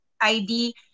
ID